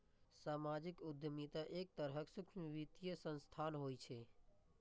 सामाजिक उद्यमिता एक तरहक सूक्ष्म वित्तीय संस्थान होइ छै